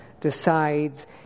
decides